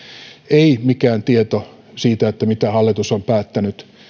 ei mikään tieto siitä että hallitus on päättänyt